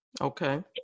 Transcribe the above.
Okay